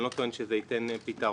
אני לא טוען שזה ייתן פתרון.